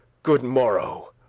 good-morrow,